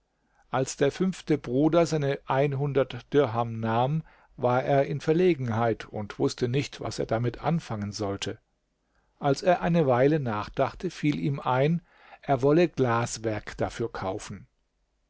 als der fünfte bruder seine dirham nahm war er in verlegenheit und wußte nicht was er damit anfangen sollte als er eine weile nachdachte fiel ihm ein er wolle glaswerk dafür kaufen